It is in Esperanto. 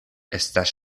estas